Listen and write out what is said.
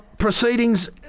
proceedings